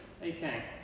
okay